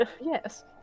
Yes